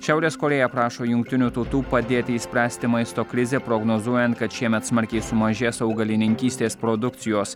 šiaurės korėja prašo jungtinių tautų padėti išspręsti maisto krizę prognozuojant kad šiemet smarkiai sumažės augalininkystės produkcijos